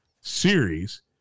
series